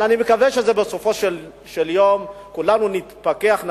אבל אני מקווה שבסופו של יום כולנו נתפכח,